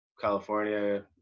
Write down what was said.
California